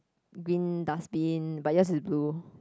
green dustbin but yours is blue